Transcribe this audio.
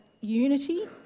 unity